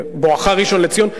בואכה ראשון-לציון,